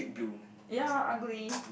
ya ugly